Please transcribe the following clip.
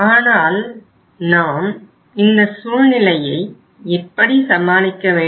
ஆனால் நாம் இந்த சூழ்நிலையை சமாளிக்க வேண்டும்